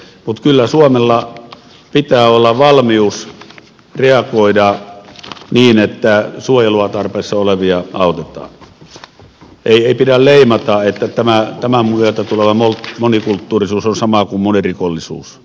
mutta kyllä suomella pitää olla valmius reagoida niin että suojelun tarpeessa olevia autetaan ei pidä leimata että tämän myötä tuleva monikulttuurisuus on sama kuin monirikollisuus